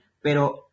pero